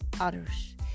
others